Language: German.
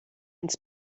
ins